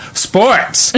Sports